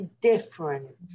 different